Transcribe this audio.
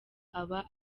aba